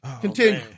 continue